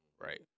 Right